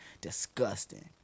disgusting